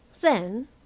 Then